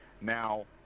now